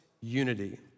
unity